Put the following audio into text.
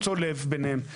אני